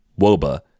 Woba